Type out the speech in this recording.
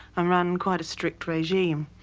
um ran quite a strict regime.